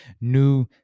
new